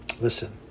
Listen